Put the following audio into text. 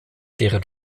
deren